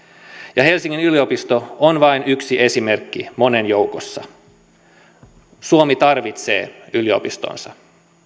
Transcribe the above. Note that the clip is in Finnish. ja helsingin yliopisto on vain yksi esimerkki monen joukossa suomi tarvitsee yliopistonsa